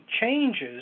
changes